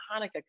Hanukkah